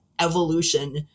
evolution